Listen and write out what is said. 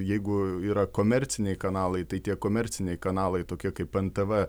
jeigu yra komerciniai kanalai tai tie komerciniai kanalai tokie kaip ntv